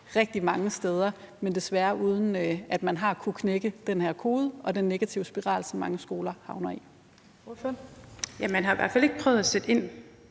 rigtig mange steder, men desværre uden at man har kunnet knække den her kode og den negative spiral, som mange skoler havner i?